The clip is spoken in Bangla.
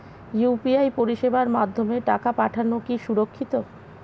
ইউ.পি.আই পরিষেবার মাধ্যমে টাকা পাঠানো কি সুরক্ষিত?